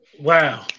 Wow